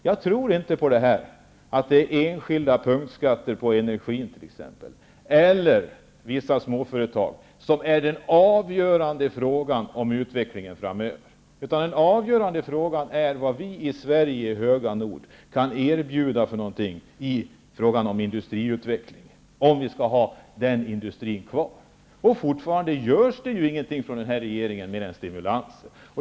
Jag tror inte att den avgörande frågan för utvecklingen framöver är enskilda punktskatter på t.ex. energin eller vissa småföretag, utan den avgörande frågan är vad vi i Sverige, i höga nord, kan erbjuda i fråga om industriutveckling, om vi skall ha denna industri kvar. Fortfarande görs det emellertid ingenting från denna regering, bortsett från att stimulanser ges.